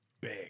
big